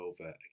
over